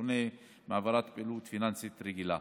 שונה מהעברת פעילות פיננסית רגילה.